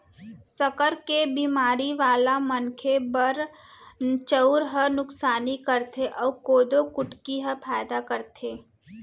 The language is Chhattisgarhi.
सक्कर के बेमारी वाला मनखे बर चउर ह नुकसानी करथे अउ कोदो कुटकी ह फायदा करथे